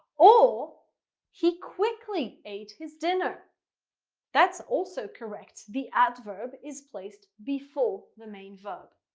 or he quickly ate his dinner that's also correct. the adverb is placed before the main verb.